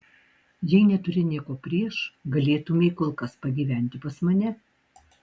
jei neturi nieko prieš galėtumei kol kas pagyventi pas mane